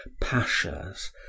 Pashas